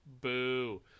Boo